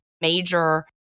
major